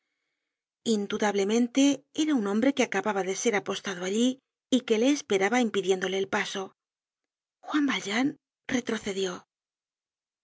indudablemente era un hombre que acababa de ser apostado allí y que le esperaba impidiéndole el paso juan valjean retrocedió